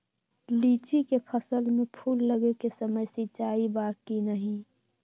लीची के फसल में फूल लगे के समय सिंचाई बा कि नही?